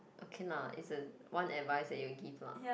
can lah is a one advise that you'll give lah